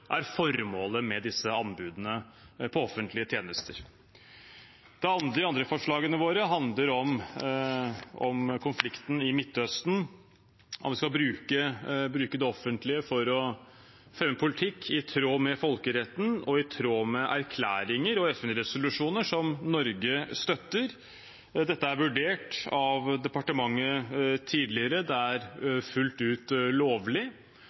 er formålet med anbudene på offentlige tjenester. De andre forslagene våre handler om konflikten i Midtøsten – om vi skal bruke det offentlige for å føre en politikk i tråd med folkeretten og i tråd med erklæringer og FN-resolusjoner som Norge støtter. Dette er vurdert av departementet tidligere. Det er fullt ut lovlig,